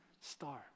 Star